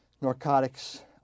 narcotics